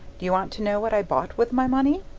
do you want to know what i bought with my money?